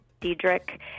Diedrich